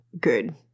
good